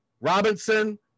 Robinson